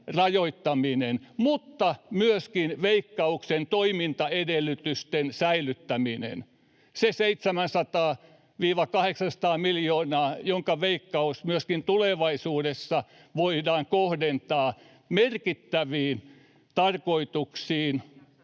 rajoittaminen, mutta myöskin Veikkauksen toimintaedellytysten säilyttäminen. Se 700—800 miljoonaa, joka Veikkauksesta myöskin tulevaisuudessa voidaan kohdentaa merkittäviin tarkoituksiin